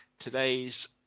today's